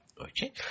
Okay